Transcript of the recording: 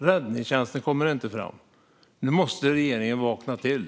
Räddningstjänsten kommer inte fram. Nu måste regeringen vakna till.